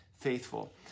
faithful